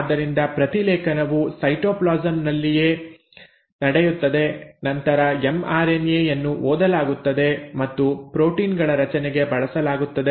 ಆದ್ದರಿಂದ ಪ್ರತಿಲೇಖನವು ಸೈಟೋಪ್ಲಾಸಂ ನಲ್ಲಿಯೇ ನಡೆಯುತ್ತದೆ ನಂತರ ಎಂಆರ್ಎನ್ಎ ಯನ್ನು ಓದಲಾಗುತ್ತದೆ ಮತ್ತು ಪ್ರೋಟೀನ್ ಗಳ ರಚನೆಗೆ ಬಳಸಲಾಗುತ್ತದೆ